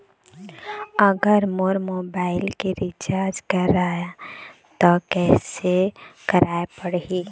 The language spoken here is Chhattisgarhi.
अगर मोर मोबाइल मे रिचार्ज कराए त कैसे कराए पड़ही?